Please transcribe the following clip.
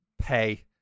pay